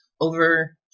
over